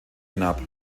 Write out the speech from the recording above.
hinab